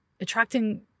Attracting